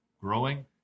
growing